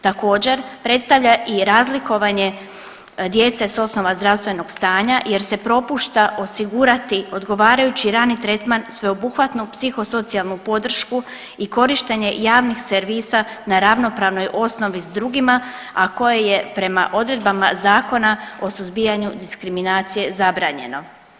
Također predstavlja i razlikovanje djece s osnova zdravstvenog stanja jer se propušta osigurati odgovarajući rani tretman, sveobuhvatnu psihosocijalnu podršku i korištenje javnih servisa na ravnopravnoj osnovi s drugima, a koja je prema odredbama Zakona o suzbijanju diskriminacije zabranjeno.